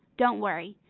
don't worry,